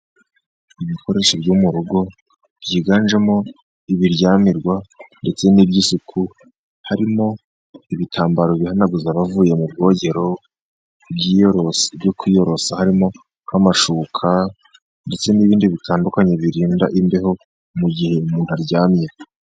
Ibikoresho byo mu rugo byiganjemo ibiryamirwa, ndetse n’iby’isuku. Harimo ibitambaro bihanaguza bavuye mu bwogero, ibyiyoroso byo kwiyorosa, harimo nk’amashuka ndetse n’ibindi bitandukanye birinda imbeho mu gihe umuntu aryamye.